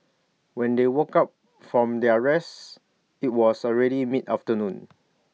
when they woke up from their rest IT was already mid afternoon